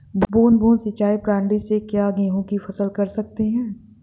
बूंद बूंद सिंचाई प्रणाली से क्या गेहूँ की फसल कर सकते हैं?